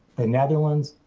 the netherlands,